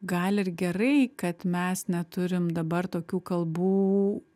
gal ir gerai kad mes neturim dabar tokių kalbų